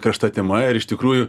karšta tema ir iš tikrųjų